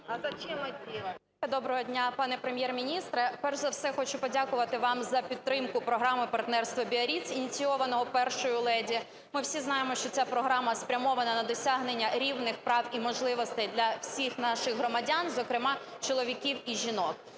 Доброго дня, пане Прем’єр-міністре! Перш за все, хочу подякувати вам за підтримку програми "Партнерство Біарріц", ініційованої першою леді. Ми всі знаємо, що ця програма спрямована на досягнення рівних прав і можливостей для всіх наших громадян, зокрема чоловіків і жінок.